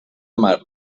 mar